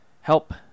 help